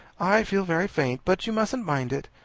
i feel very faint. but you mustn't mind it,